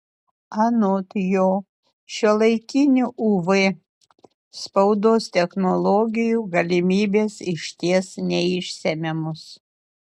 anot jo šiuolaikinių uv spaudos technologijų galimybės išties neišsemiamos